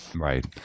right